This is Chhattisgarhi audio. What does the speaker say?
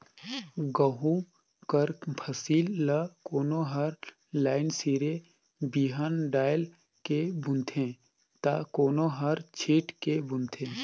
गहूँ कर फसिल ल कोनो हर लाईन सिरे बीहन डाएल के बूनथे ता कोनो हर छींट के बूनथे